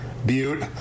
Butte